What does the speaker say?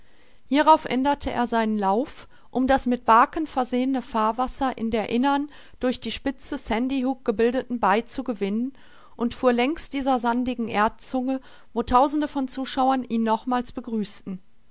hierauf änderte er seinen lauf um das mit baken versehene fahrwasser in der innern durch die spitze sandy hook gebildeten bai zu gewinnen und fuhr längs dieser sandigen erdzunge wo tausende von zuschauern ihn nochmals begrüßten